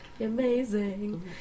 Amazing